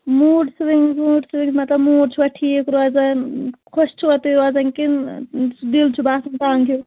mood swings mood swings مطلب mood چھُوٕ ٹھیٖک روزَان خۄش چھِوٕ تُہۍ روزان کِنہٕ دِل چھُ باسان تَنگ ہیوٗ